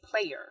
player